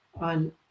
on